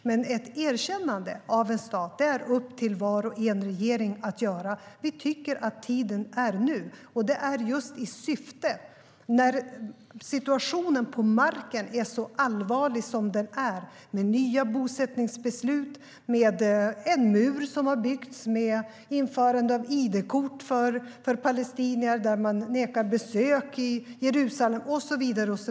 Men ett erkännande av en stat är upp till varje regering att göra. Vi tycker att tiden är nu. Situationen är så allvarlig på marken som den är med nya bosättningsbeslut, en mur som har byggts, införande av id-kort för palestinier där man nekar besök i Jerusalem och så vidare.